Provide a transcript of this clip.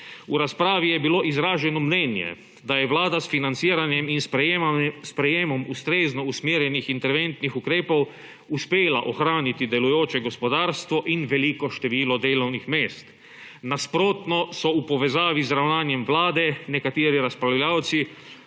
V razpravi je bilo izraženo mnenje, da je Vlada s financiranjem in sprejetjem ustrezno usmerjenih interventnih ukrepov uspela ohraniti delujoče gospodarstvo in veliko število delovnih mest. Nasprotno so v povezavi z ravnanjem Vlade nekateri razpravljavci